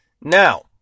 Now